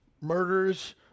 murders